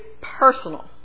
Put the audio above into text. personal